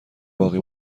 باقی